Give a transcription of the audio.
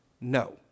No